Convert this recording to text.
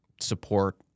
support